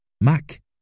Mac